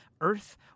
Earth